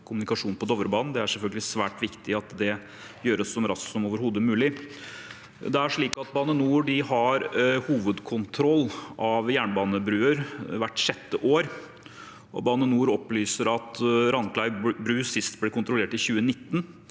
Det er selvfølgelig svært viktig at det gjøres så raskt som overhodet mulig. Bane NOR har hovedkontroll av jernbanebruer hvert sjette år. Bane NOR opplyser at Randklev bru sist ble kontrollert i 2019.